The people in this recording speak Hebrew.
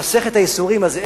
מסכת הייסורים הזאת,